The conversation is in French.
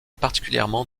particulièrement